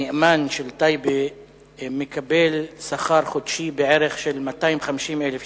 הנאמן של טייבה מקבל שכר חודשי של בערך 250,000 שקל.